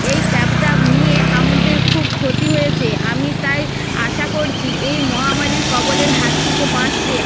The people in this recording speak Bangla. এই ক্যাবটা নিয়ে আমাদের খুব ক্ষতি হয়েছে আমি তাই আশা করছি এই মহামারীর কবলের হাত থেকে বাঁচতে